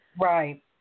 Right